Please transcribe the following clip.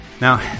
Now